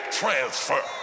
transfer